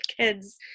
kids